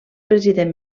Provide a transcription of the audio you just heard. president